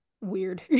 weird